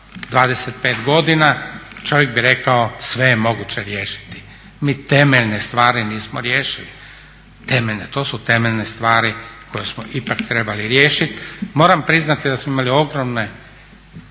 25 godina čovjek bi rekao sve je moguće riješiti. Mi temeljne stvari nismo riješili, temeljne. To su temeljne stvari koje smo ipak trebali riješiti. Moram priznati da smo imali ogromne